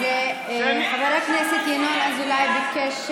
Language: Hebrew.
אז חבר הכנסת ינון אזולאי ביקש להשיב.